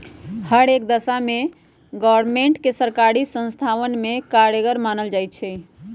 हर एक दशा में ग्रास्मेंट के सर्वकारी संस्थावन में कारगर मानल जाहई